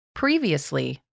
Previously